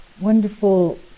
wonderful